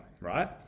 right